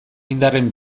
indarren